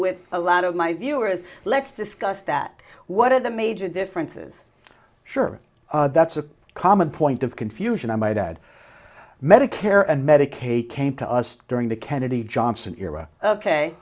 with a lot of my viewers let's discuss that what are the major differences surely that's a common point of confusion i might add medicare and medicaid came to us during the kennedy johnson era ok